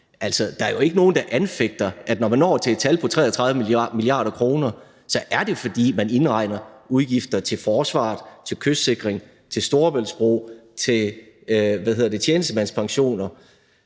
at der jo ikke er nogen, der anfægter, at når man når til det tal, er det, fordi man indregner udgifter til forsvaret, til kystsikring, til en Storebæltsbro, til tjenestemandspensioner,